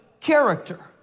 character